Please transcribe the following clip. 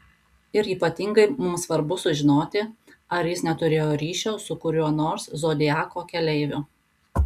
ir ypatingai mums svarbu sužinoti ar jis neturėjo ryšio su kuriuo nors zodiako keleiviu